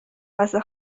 واسه